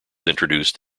introduced